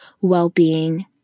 well-being